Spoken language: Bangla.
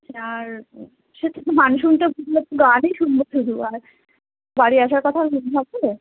বলছি আর সে ঠিক কিন্তু মান শুনতে গানই শুনব শুধু আর বাড়ি আসার কথা মনে থাকবে